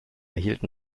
hielten